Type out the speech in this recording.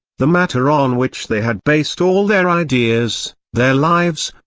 the matter on which they had based all their ideas, their lives,